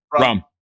Rum